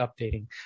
updating